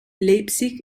leipzig